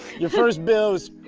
your first build was,